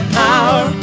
power